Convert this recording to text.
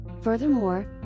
furthermore